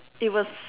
it was